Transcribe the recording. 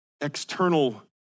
external